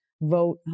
vote